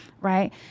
Right